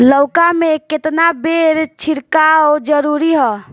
लउका में केतना बेर छिड़काव जरूरी ह?